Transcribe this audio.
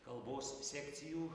kalbos sekcijų